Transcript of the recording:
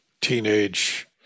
teenage